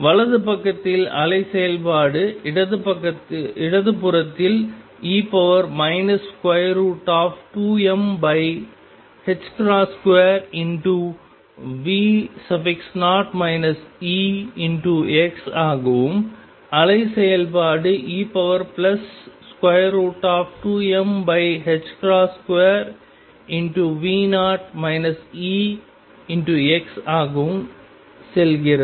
வலது பக்கத்தில் அலை செயல்பாடு இடது புறத்தில் e 2m2V0 Ex ஆகவும் அலை செயல்பாடு e2m2V0 Ex ஆகவும் செல்கிறது